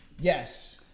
Yes